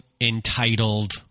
entitled